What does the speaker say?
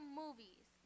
movies